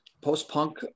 post-punk